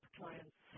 clients